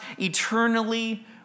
eternally